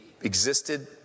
existed